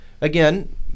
Again